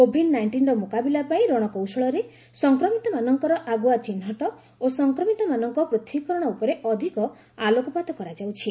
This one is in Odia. କୋଭିଡ୍ ନାଇଷ୍ଟିନ୍ର ମୁକାବିଲା ପାଇଁ ରଣକୌଶଳରେ ସଂକ୍ରମିତମାନଙ୍କର ଆଗୁଆ ଚିହ୍ନଟ ଓ ସଂକ୍ରମିତମାନଙ୍କ ପୂଥକୀକରଣ ଉପରେ ଅଧିକ ଆଲୋକପାତ କରାଯାଉଛି